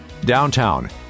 Downtown